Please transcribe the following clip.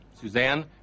Suzanne